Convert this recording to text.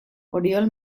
oriol